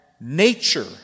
nature